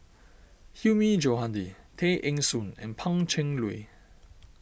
Hilmi Johandi Tay Eng Soon and Pan Cheng Lui